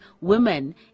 women